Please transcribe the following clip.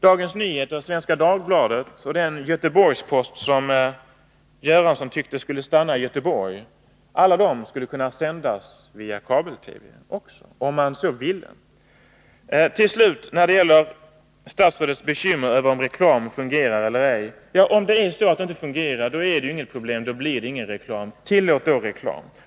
Dagens Nyheter, Svenska Dagbladet — och Göteborgs Posten, som herr Göransson tyckte skulle stanna i Göteborg — skulle kunna sända via kabel-TV också, om man så ville. Beträffande statsrådets bekymmer om huruvida reklam fungerar eller ej vill jag säga att fungerar inte reklamen, är det ju inget problem, för då blir det ingen reklam. Tillåt alltså reklam.